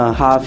half